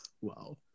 Wow